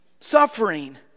suffering